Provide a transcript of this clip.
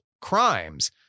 crimes